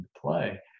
play